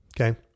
okay